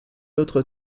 autre